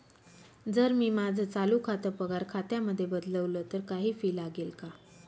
जर मी माझं चालू खातं पगार खात्यामध्ये बदलवल, तर काही फी लागेल का?